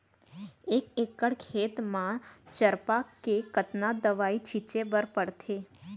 एक एकड़ खेत म चरपा के कतना दवई छिंचे बर पड़थे?